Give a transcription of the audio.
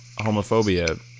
homophobia